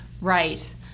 Right